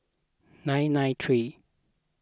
nine nine three